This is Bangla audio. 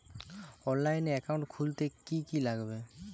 অনলাইনে একাউন্ট খুলতে কি কি লাগবে?